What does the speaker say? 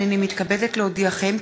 הנני מתכבדת להודיעכם,